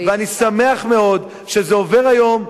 ואני שמח מאוד שזה עובר היום.